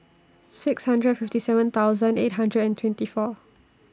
six hundred fifty seven thousand eight hundred and twenty four